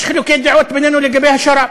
יש חילוקי דעות בינינו לגבי השר"פ.